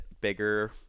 bigger